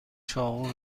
چاقو